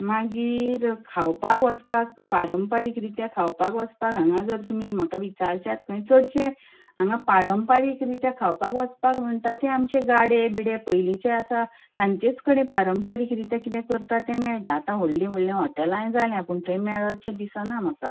मागीर खावपाक वचपाक पारंपारीक रित्यांत खावपाक वचपाक हांगा जर तुमी म्हाका विचारश्यात खंयसर चडशें हांगा पारंपारीक रित्या खावपाक वचपाक म्हणटात ते आमचे गाडे बिडे पयलींचे आसा तांचेच कडेन पारंपारीक रित्यां कितें करतात तें मेळटा आतां व्हडलीं व्हडलीं हॉटेलांय जाल्यां पूण थंय मेळत शें दिसना म्हाका